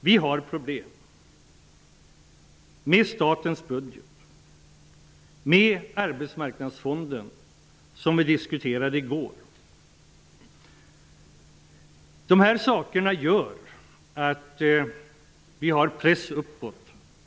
Vi har problem med statens budget och med Arbetsmarknadsfonden, som vi diskuterade i går. Dessa saker gör att räntan pressas uppåt.